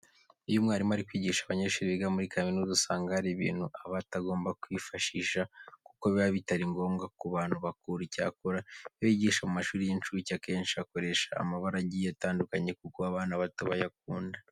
Iyo umwarimu ari kwigisha abanyeshuri biga muri kaminuza usanga hari ibintu aba atagomba kwifashisha kuko biba bitari ngombwa ku bantu bakuru. Icyakora iyo yigisha mu mashuri y'incuke, akenshi akoresha amabara agiye atandukanye kuko abana bato bayakunda.